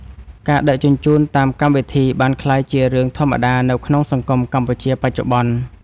ការដឹកជញ្ជូនតាមកម្មវិធី បានក្លាយជារឿងធម្មតានៅក្នុងសង្គមកម្ពុជាបច្ចុប្បន្ន។